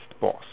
boss